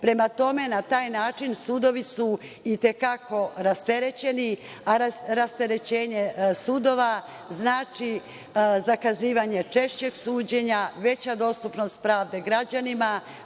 Prema tome, na taj način, sudovi su, itekako, rasterećeni, a rasterećenje sudova znači zakazivanje češćeg suđenja, veća dostupnost pravde građanima,